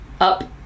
up